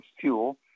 fuel